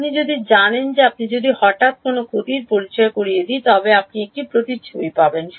আপনি জানেন যে আমি যদি হঠাৎ করে কোনও ক্ষতির পরিচয় করিয়ে দিই তবে আপনি একটি প্রতিচ্ছবি পাবেন